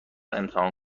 امتحان